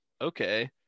okay